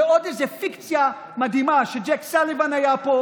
זו עוד איזה פיקציה מדהימה שג'ייק סאליבן היה פה,